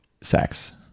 sex